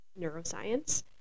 neuroscience